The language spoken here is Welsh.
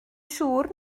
siŵr